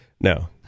No